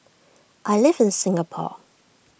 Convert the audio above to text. I live in Singapore